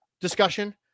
discussion